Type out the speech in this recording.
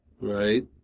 Right